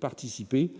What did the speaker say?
participer,